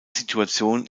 situation